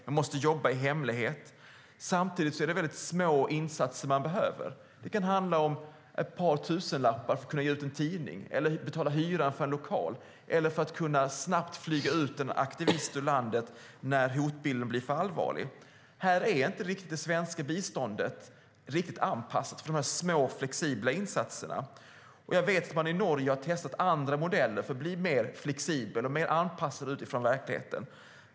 Man måste jobba i hemlighet. Samtidigt är det väldigt små insatser som man behöver. Det kan handla om ett par tusenlappar för att kunna ge ut en tidning, betala hyran för en lokal eller snabbt kunna flyga ut en aktivist ur landet när hotbilden blir för allvarlig. Här är inte det svenska biståndet riktigt anpassat till de små flexibla insatserna. Jag vet att man i Norge har testat andra modeller för att bli mer flexibel och mer anpassad utifrån verkligheten.